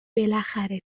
بالاخره